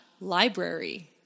library